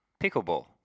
Pickleball